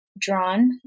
drawn